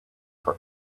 for